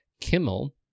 Kimmel